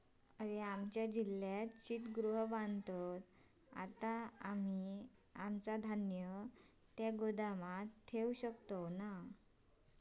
आमच्या जिल्ह्यात शीतगृह बांधत हत, आता आम्ही आमचा धान्य त्या गोदामात ठेवू शकतव